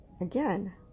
again